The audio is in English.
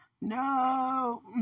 No